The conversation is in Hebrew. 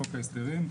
חוק ההסדרים.